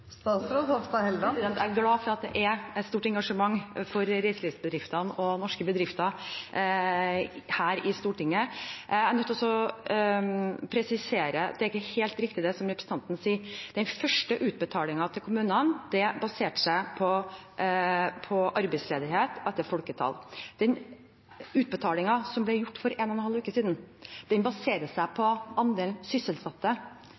Jeg er glad for at det er et stort engasjement for reiselivsbedriftene og norske bedrifter her i Stortinget. Jeg er nødt til å presisere at det ikke er helt riktig, det som representanten sier. Den første utbetalingen til kommunene baserte seg på arbeidsledighet etter folketall. Den utbetalingen som ble gjort for en og en halv uke siden, baserte seg på andelen sysselsatte